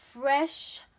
fresh